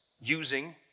using